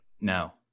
no